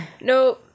No